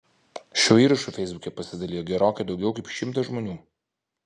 šiuo įrašu feisbuke pasidalijo gerokai daugiau kaip šimtas žmonių